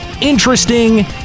interesting